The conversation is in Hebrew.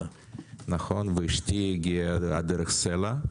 אשתי הגיעה דרך סל"ע.